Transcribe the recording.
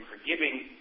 forgiving